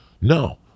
No